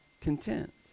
content